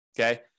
Okay